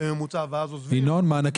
בממוצע ואז עוזבים.